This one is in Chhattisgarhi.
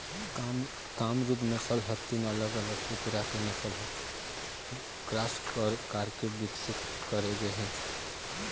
कामरूप नसल ह तीन अलग अलग कुकरा के नसल ल क्रास कराके बिकसित करे गे हे